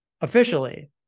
officially